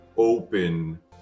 open